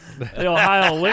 Ohio